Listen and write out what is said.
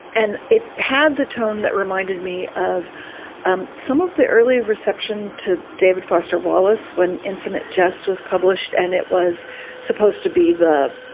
and it had the tone that reminded me of um some of the early reception to david foster wallace when infinite jest was published. and it was supposed to be the,